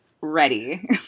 ready